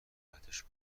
قسمتش